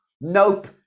nope